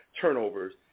turnovers